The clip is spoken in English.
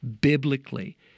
biblically